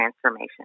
transformation